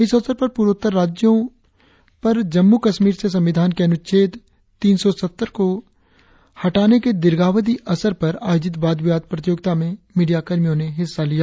इस अवसर पर पूर्वोत्तर राज्यों पर जम्मू कश्मीर से संविधान के अनुच्छेद तीन सौ सत्तर को हटाने के दीर्घाविधि असर पर आयोजित वाद विवाद प्रतियोगिता में मीडिया कर्मियों ने हिस्सा लिया